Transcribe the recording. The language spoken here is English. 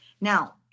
Now